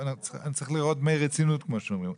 צריך לראות דמי רצינות, כמו שאומרים.